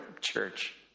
church